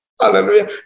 Hallelujah